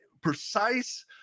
precise